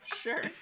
Sure